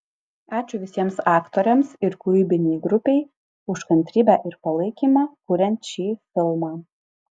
ačiū visiems aktoriams ir kūrybinei grupei už kantrybę ir palaikymą kuriant šį filmą